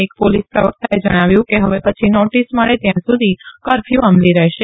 એક પોલીસ પ્રવકતાએ ણાવ્યું કે હવે પછી નોતીસ મળે ત્યાં સુધી કર્ફયુ મલી રહેશે